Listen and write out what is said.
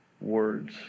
words